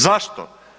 Zašto?